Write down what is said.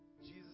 Jesus